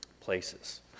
places